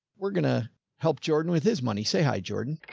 we're going to help jordan with his money. say hi jordan.